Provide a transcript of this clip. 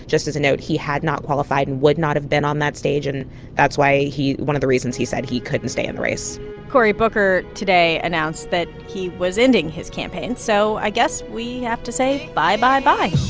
just as a note, he had not qualified and would not have been on that stage, and that's why he one of the reasons he said he couldn't stay in the race cory booker today announced that he was ending his campaign, so i guess we have to say bye, bye, bye